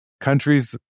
countries